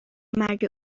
مرگ